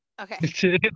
Okay